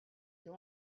you